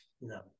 No